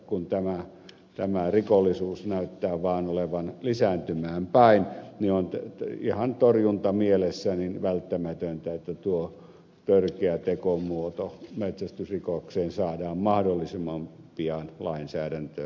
kun tämä rikollisuus näyttää vaan olevan lisääntymään päin niin on ihan torjuntamielessä välttämätöntä että tuo törkeä tekomuoto metsästysrikokseen saadaan mahdollisimman pian lainsäädäntöön